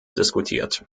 diskutiert